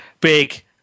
big